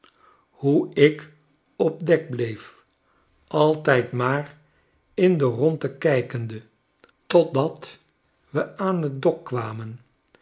hoe ik op dek bleef altijd maar in de rondte kijkende totdat we aan t dok kwamen